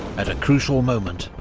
at a crucial moment,